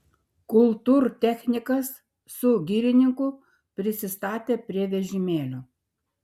kultūrtechnikas su girininku prisistatė prie vežimėlio